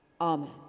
Amen